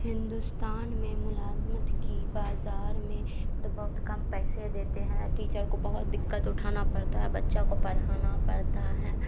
ہندوستان میں ملازمت کی بازار میں مطلب بہت کم پیسے دیتے ہیں ٹیچر کو بہت دقت اٹھانا پرتا ہے بچہ کو پڑاھانا پڑتا ہے